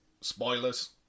spoilers